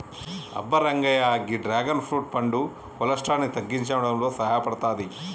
అబ్బ రంగయ్య గీ dragon fruit పండు కొలెస్ట్రాల్ ని తగ్గించడంలో సాయపడతాది